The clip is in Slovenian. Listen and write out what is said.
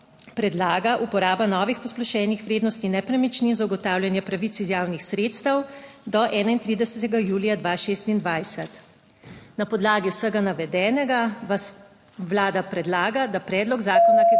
predlaga uporaba novih posplošenih vrednosti nepremičnin za zagotavljanje pravic iz javnih sredstev do 31. julija 2026. Na podlagi vsega navedenega, Vlada predlaga, da predlog zakona, ki